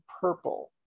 purple